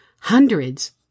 hundreds